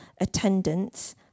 attendance